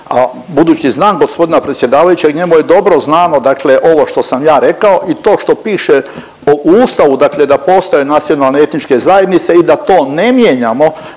budući znam g. predsjedavajućeg njemu je dobro znamo dakle ovo što sam ja rekao i to što piše o Ustavu dakle da postoje nacionalne etničke zajednice id a to ne mijenjamo